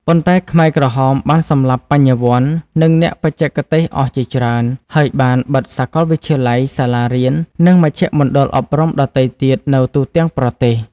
ប៉ុន្តែខ្មែរក្រហមបានសម្លាប់បញ្ញវន្តនិង អ្នកបច្ចេកទេសអស់ជាច្រើន ហើយបានបិទសាកលវិទ្យាល័យ សាលារៀន និងមជ្ឈមណ្ឌលអប់រំដទៃទៀតនៅទូទាំងប្រទេស ។